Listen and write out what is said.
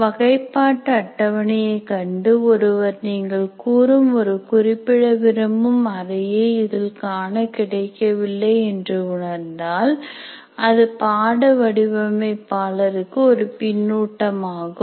வகைப்பாட்டு அட்டவணையை கண்டு ஒருவர் நீங்கள் கூறும் ஒரு குறிப்பிட விரும்பும் அறையை இதில் காணக் கிடைக்கவில்லை என்று உணர்ந்தால் அது பாட வடிவமைப்பாளர்க்கு ஒரு பின்னூட்டம் ஆகும்